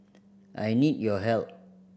I need your help